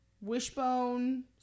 Wishbone